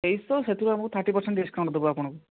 ତେଇଶଶହ ସେଥିରୁ ଆମେ thirty percent discount ଦେବୁ ଅପଣଙ୍କୁ